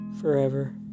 forever